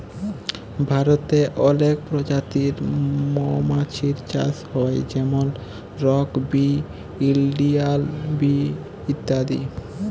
ভারতে অলেক পজাতির মমাছির চাষ হ্যয় যেমল রক বি, ইলডিয়াল বি ইত্যাদি